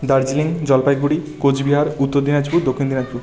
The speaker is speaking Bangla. দার্জিলিং জলপাইগুড়ি কোচবিহার উত্তর দিনাজপুর দক্ষিণ দিনাজপুর